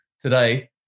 today